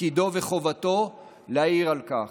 תפקידו וחובתו להעיר על כך.